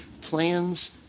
plans